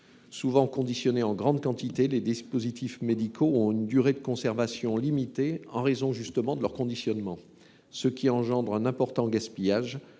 souvent conditionnés en grande quantité. Ils ont une durée de conservation limitée, en raison justement de leur conditionnement, ce qui engendre un important gaspillage.